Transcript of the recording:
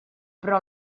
però